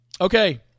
Okay